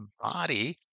body